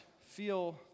feel